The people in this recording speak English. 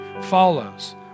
follows